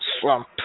Swamp